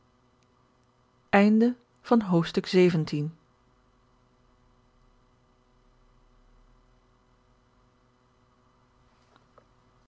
nieuw van het